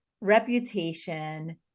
reputation